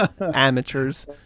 amateurs